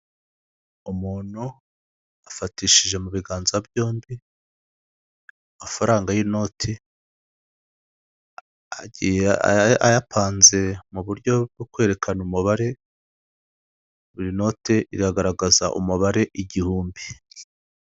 Umuntu afatishije mu biganza byombi amafaranga y'inoti, agiye ayapanze mu buryo bwo kwerekana umubare, buri note iragaragaza umubare igihumbi.